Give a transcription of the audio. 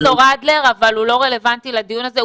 זה נושא חשוב אבל הוא לא רלוונטי לדיון הזה.